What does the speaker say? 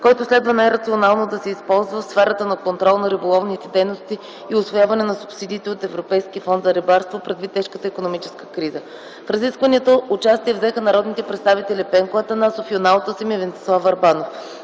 който следва най-рационално да се използва в сферата на контрол на риболовните дейности и усвояване на субсидиите от Европейския фонд за рибарство, предвид тежката икономическа криза. В разискванията участие взеха народните представители Пенко Атанасов, Юнал Тасим и Венцислав Върбанов.